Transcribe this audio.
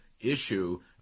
issue